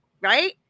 right